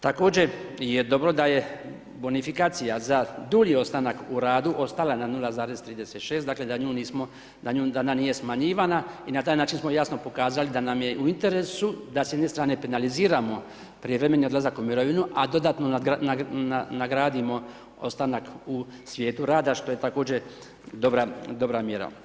Također je dobro da je bonifikacija za dulji ostanak u radu ostala na 0,36, dakle da ona nije smanjivana i na taj način smo jasno pokazali da nam je u interesu da s jedne strane penaliziramo prijevremeni odlazak u mirovinu a dodatno nagradimo u svijetu rada, što je također dobra mjera.